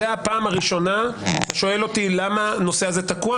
אתה שואל אותי, למה הנושא הזה תקוע?